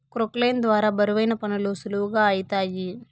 క్రొక్లేయిన్ ద్వారా బరువైన పనులు సులువుగా ఐతాయి